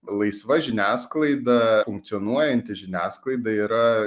laisva žiniasklaida funkcionuojanti žiniasklaida yra